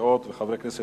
סיעות וחברי הכנסת